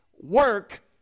work